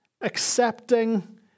accepting